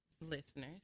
Listeners